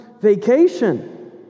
vacation